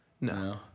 No